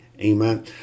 Amen